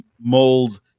mold